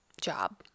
job